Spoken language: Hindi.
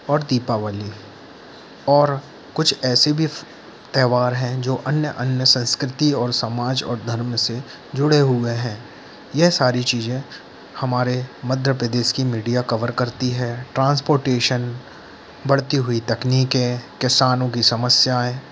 और दीपावली और कुछ ऐसे भी त्यौहार हैं जो अन्य अन्य संस्कृति और समाज और धर्म से जुड़े हुए हैं यह सारी चीजें हमारे मध्य प्रदेश की मीडिया कवर करती है ट्रांसपोर्टेशन बढ़ती हुई तकनीकें किसानों की समस्याएं